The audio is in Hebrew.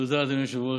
תודה, אדוני היושב-ראש.